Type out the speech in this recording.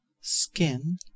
skin